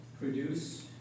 Produce